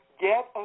get